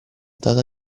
data